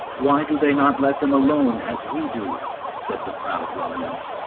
why do they not let them alone as we do said the proud romans.